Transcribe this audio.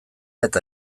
eta